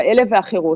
כאלה ואחרות,